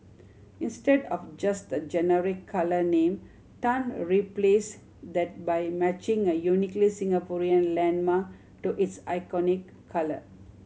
instead of just a generic colour name Tan replace that by matching a uniquely Singaporean landmark to its iconic colour